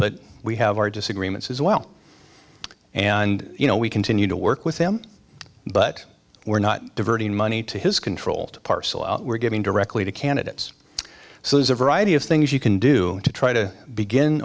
but we have our disagreements as well and you know we continue to work with him but we're not diverting money to his controlled parcel we're giving directly to candidates so there's a variety of things you can do to try to begin